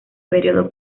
período